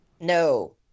No